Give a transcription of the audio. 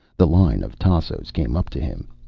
the line of tassos came up to him.